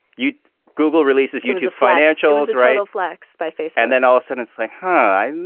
you google releases youtube financials, real flex by face. and then alison and say hi. and